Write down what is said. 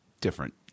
different